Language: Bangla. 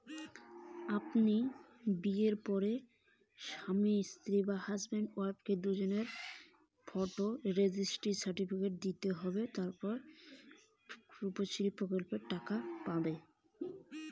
আমি কিভাবে রুপশ্রী প্রকল্পের টাকা পাবো?